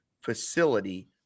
facility